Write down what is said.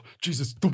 Jesus